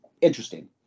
interesting